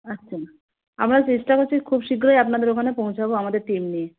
আচ্ছা আমরা চেষ্টা করছি খুব শীঘ্রই আপনাদের ওখানে পৌঁছাবো আমাদের টীম নিয়ে